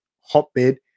hotbed